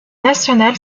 national